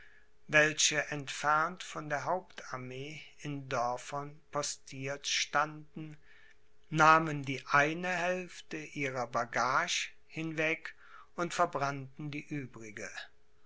welche entfernt von der hauptarmee in dörfern postiert standen nahmen die eine hälfte ihrer bagage hinweg und verbrannten die übrige